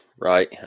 right